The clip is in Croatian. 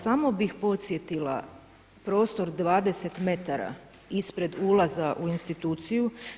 Samo bih podsjetila prostor 20 metara ispred ulaza u instituciju.